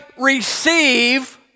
receive